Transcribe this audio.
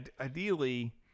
ideally